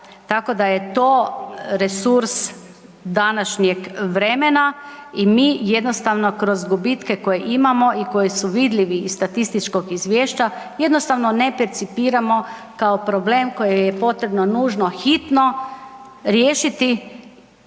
Tako da je to resurs današnjeg vremena i mi jednostavno kroz gubitke koje imamo i koji su vidljivi iz statističkog izvješća jednostavno ne percipiramo kao problem koji je potrebno nužno, hitno riješiti